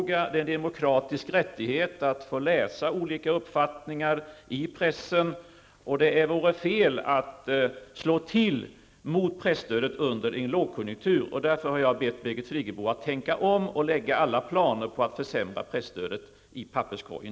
Det är en demokratisk rättighet att få läsa olika uppfattningar i pressen. Det vore fel att slå till mot presstödet under en lågkonjunktur. Därför har jag bett Birgit Friggebo att tänka om och lägga alla planer på att försämra presstödet i papperskorgen.